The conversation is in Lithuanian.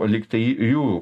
lygtai jų